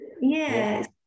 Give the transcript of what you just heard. Yes